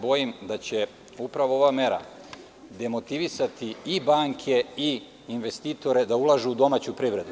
Bojim se da će upravo ova mera demotivisati i banke i investitore da ulažu u domaću privredu.